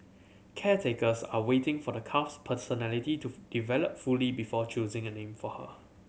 caretakers are waiting for the calf's personality to develop fully before choosing a name for her